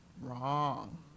Wrong